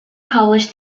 publish